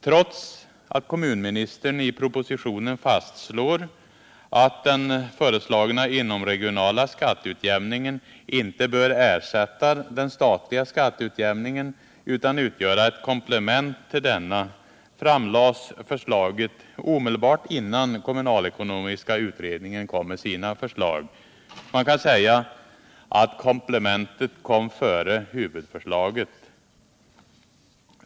Trots att kommunministern i propositionen fastslår att den föreslagna inomregionala skatteutjämningen inte bör ersätta den statliga skatteutjämningen utan utgöra ett komplement till denna, framlades förslaget omedelbart innan kommunalekonomiska utredningen kom med sina förslag. Man kan säga att komplementet kom före huvudförslaget.